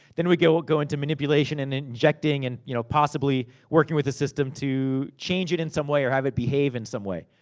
then we go go into manipulation, and injecting, and you know possibly working with the system to change it in some way, or have it behave in some way.